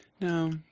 No